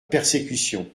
persécution